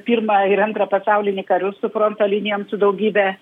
pirmą ir antrą pasaulinį karius su fronto linijom su daugybę